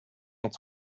its